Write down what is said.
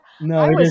No